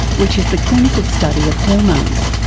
which is the clinical study of hormones.